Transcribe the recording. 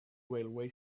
railway